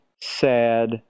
sad